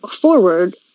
forward